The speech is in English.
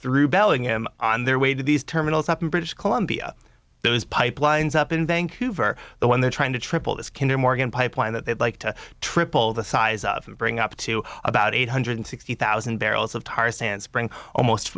through belling him on their way to these terminals up in british columbia those pipelines up in vancouver the one they're trying to triple is kinda morgan pipeline that they'd like to triple the size of the going up to about eight hundred sixty thousand barrels of tar sands bring almost